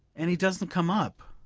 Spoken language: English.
and he doesn't come up!